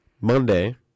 Monday